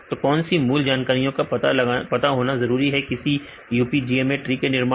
तो कौन सी मूल जानकारियों का पता होना जरूरी है किसी UPGMA ट्री के निर्माण में